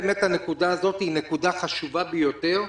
הנקודה הזאת היא נקודה חשובה ביותר,